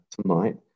tonight